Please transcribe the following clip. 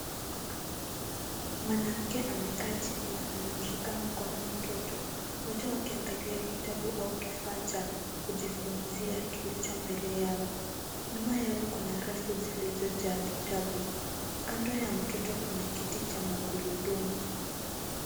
Mwanamke amekaa chini na anamshika mkono mtoto. Wote wakiangalia kitabu au kifaa cha kujifunzia kilicho mbele yao. Nyuma yao kuna rafu zilizojaa vitabu. Kando ya mtoto kuna kiti cha magurudumu.